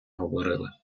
говорили